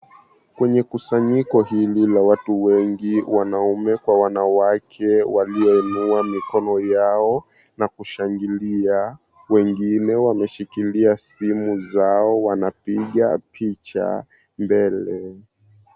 Kwenye kusanyiko hili la watu wengi, wanaume kwa wanawake walioinua mikono yao na kushangilia. Wengine wameshikilia simu zao wanapiga picha mbele.